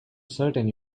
certain